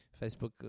Facebook